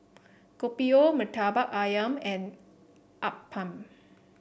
Kopi O Murtabak ayam and Appam